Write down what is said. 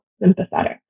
sympathetic